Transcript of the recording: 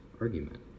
argument